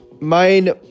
main